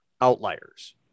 outliers